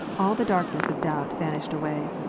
all the darkness of doubt vanished away.